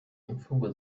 imfungwa